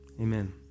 Amen